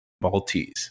Maltese